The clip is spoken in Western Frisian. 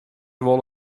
wol